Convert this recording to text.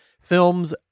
films